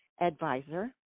advisor